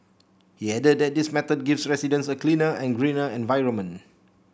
he added that this method gives residents a cleaner and greener environment